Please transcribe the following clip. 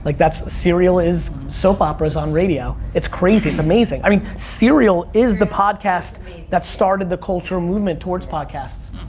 like that's, serial is soap operas on radio, it's crazy, it's amazing, i mean, serial is the podcast that started the culture movement towards podcasts,